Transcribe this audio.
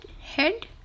head